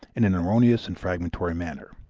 in an erroneous and fragmentary manner.